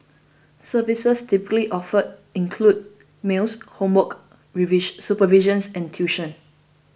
services typically offered include meals homework supervision and tuition